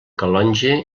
calonge